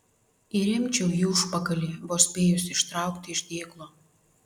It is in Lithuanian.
įremčiau į užpakalį vos spėjusi ištraukti iš dėklo